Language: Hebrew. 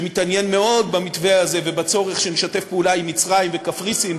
שמתעניין מאוד במתווה הזה ובצורך שנשתף פעולה עם מצרים וקפריסין,